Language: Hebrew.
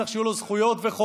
צריך שיהיו לו זכויות וחובות,